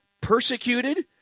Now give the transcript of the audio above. persecuted